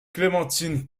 clémentine